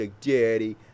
daddy